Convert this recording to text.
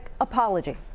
apology